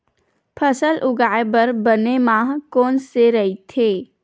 फसल उगाये बर बने माह कोन से राइथे?